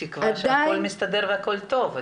תקווה שהכל מסתדר והכל טוב.